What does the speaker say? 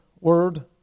word